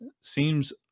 seems